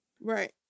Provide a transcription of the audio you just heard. Right